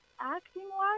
Acting-wise